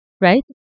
right